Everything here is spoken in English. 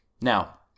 Now